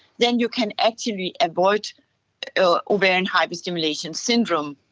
then you can actively avoid ovarian hyperstimulation syndrome.